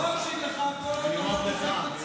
לא אקשיב לך כל עוד אתה לא מוחק את הציוץ.